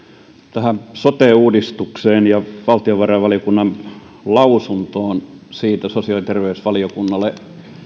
tähän sote uudistukseen ja valtiovarainvaliokunnan lausuntoon siitä sosiaali ja terveysvaliokunnalle